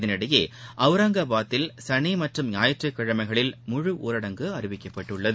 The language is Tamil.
இதனிடையே அவுரங்காபாத்தில் சனி மற்றும் ஞாயிற்றுக்கிழமைகளில் ஊரடங்கு ழுழ அறிவிக்கப்பட்டுள்ளது